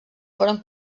foren